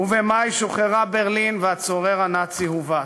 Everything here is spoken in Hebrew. ובמאי שוחררה ברלין והצורר הנאצי הובס.